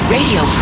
Radio